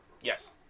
Yes